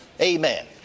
Amen